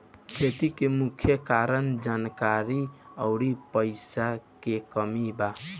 खेती के मुख्य कारन जानकारी अउरी पईसा के कमी बा